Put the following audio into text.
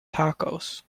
tacos